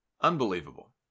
Unbelievable